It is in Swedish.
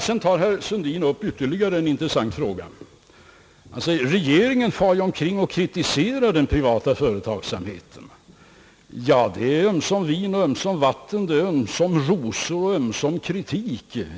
Sedan tog herr Sundin upp ytterligare en intressant fråga, när han sade: Regeringen far omkring och kritiserar den privata företagsamheten. Ja, det är ömsom vin och ömsom vatten, ömsom rosor och ömsom ris.